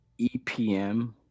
EPM